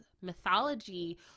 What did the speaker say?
mythology